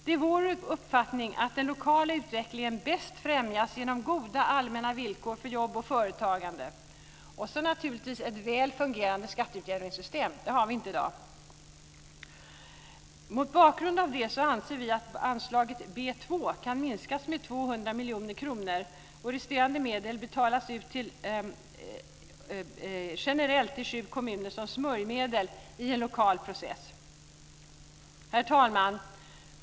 Det är vår uppfattning att den lokala utvecklingen bäst främjas genom goda allmänna villkor för jobb och företagande och ett väl fungerande utjämningssystem, det har vi inte i dag. Mot bakgrund härav anser vi att anlaget B 2 kan minskas med 200 miljoner kronor och att resterande medel betalas ut generellt till de sju kommunerna som smörjmedel i en lokal process. Herr talman!